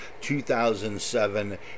2007